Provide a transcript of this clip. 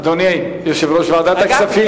אדוני יושב-ראש ועדת הכספים.